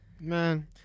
Man